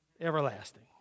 everlasting